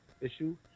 issue